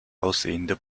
aussehende